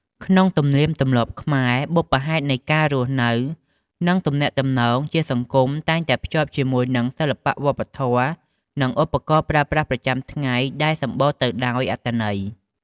ក្នុងទំនៀមទម្លាប់ខ្មែរ បុព្វហេតុនៃការរស់នៅ និងទំនាក់ទំនងជាសង្គមតែងតែភ្ជាប់ជាមួយនឹងសិល្បៈវប្បធម៌ និងឧបករណ៍ប្រើប្រាស់ប្រចាំថ្ងៃដែលសម្បូរទៅដោយអត្ថន័យ។